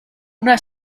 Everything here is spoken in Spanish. una